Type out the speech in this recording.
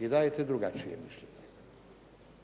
i dajete drugačije mišljenje.